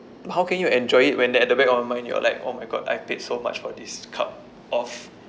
how can you enjoy it when the at the back of your mind you're like oh my god I paid so much for this cup of